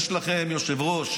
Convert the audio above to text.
יש לכם ראש,